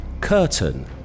Curtain